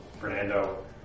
Fernando